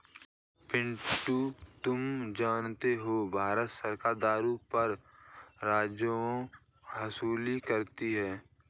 पिंटू तुम जानते हो भारत सरकार दारू पर राजस्व हासिल करती है